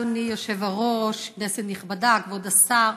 אדוני היושב-ראש, כנסת נכבדה, כבוד השר,